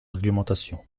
argumentation